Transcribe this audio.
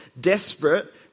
Desperate